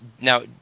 now